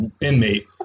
inmate